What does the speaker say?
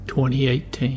2018